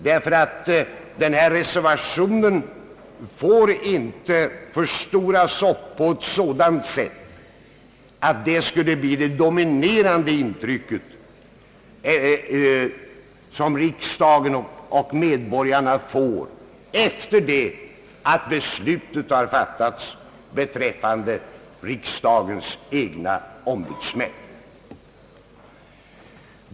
Reservationen får nämligen inte förstoras upp på sådant sätt att den skulle bli det dominerande intryck som riksdagen och medborgarna får efter det att beslut har fattats om en ny organisation för riksdagens egna ombudsmän.